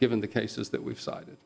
given the cases that we've cited